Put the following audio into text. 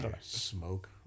Smoke